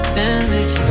damage